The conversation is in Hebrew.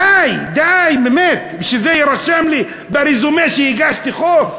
די, די, באמת, שזה יירשם לי ברזומה שהגשתי חוק?